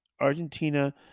Argentina